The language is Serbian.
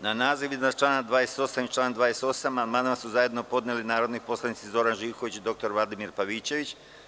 Na naziv iznad člana 28. i član 28. amandman su zajedno podneli narodni poslanici Zoran Živković i dr Vladimir Pavićević.